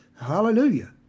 hallelujah